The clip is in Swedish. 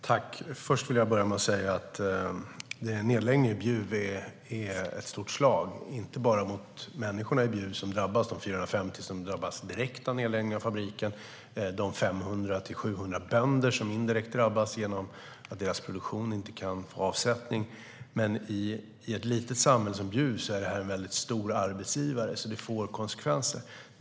Herr talman! Jag vill börja med att säga att nedläggningen i Bjuv är ett hårt slag, inte bara för de 450 människor i Bjuv som drabbas direkt av nedläggningen av fabriken utan också för de 500-700 bönder som indirekt drabbas genom att deras produktion inte kan få avsättning. För ett litet samhälle som Bjuv är det här en väldigt stor arbetsgivare, så det får konsekvenser.